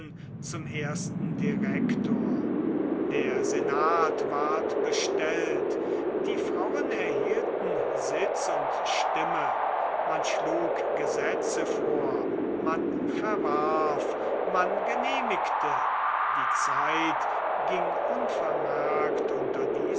zum ersten direktor der senat ward bestellt die frauen erhielten sitz und stimme man schlug gesetze vor man verwarf man genehmigte die zeit ging unvermerkt unter